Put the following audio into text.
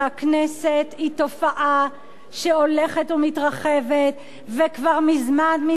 היא תופעה שהולכת ומתרחבת וכבר מזמן מזמן חרגה